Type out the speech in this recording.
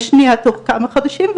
והשנייה תוך כמה חודשים,